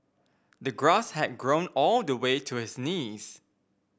the grass had grown all the way to his knees